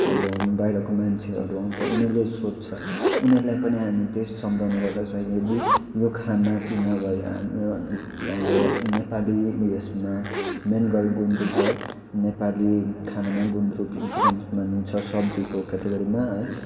अब बाहिरको मान्छेहरू आउँछ उनीहरूले सोध्छ उनीहरूलाई पनि हामी त्यही सम्झाउने गर्दछ यदि यो खानापिना भयो अब नेपाली उयेसमा मेन गरी गुन्द्रुक है नेपाली खानामा गुन्द्रुक इम्पोर्टेन्ट मानिन्छ सब्जीको केटेगोरीमा है